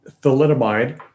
thalidomide